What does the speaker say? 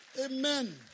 Amen